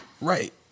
Right